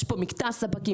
יש פה מקטע ספקים.